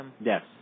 Yes